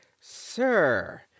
sir